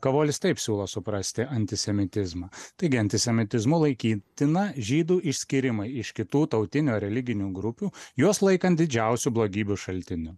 kavolis taip siūlo suprasti antisemitizmą taigi antisemitizmu laikytina žydų išskyrimai iš kitų tautinių ar religinių grupių juos laikant didžiausių blogybių šaltiniu